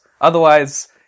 Otherwise